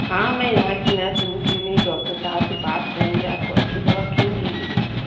हाँ मैं यहाँ की नर्स हूँ क्यों नहीं डॉक्टर साहब से बात करेंगे आपको अच्छी दवा क्यों नहीं मिलेगी